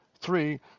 three